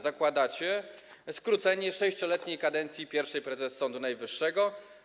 Zakładacie skrócenie 6-letniej kadencji pierwszej prezes Sądu Najwyższego.